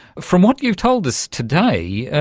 from what you've told us today,